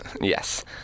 Yes